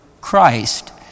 Christ